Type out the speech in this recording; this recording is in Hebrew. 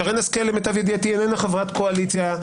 שרן השכל למיטב ידיעתי איננה חברת קואליציה.